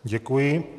Děkuji.